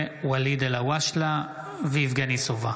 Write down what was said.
ואליד אלהואשלה ויבגני סובה